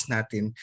Natin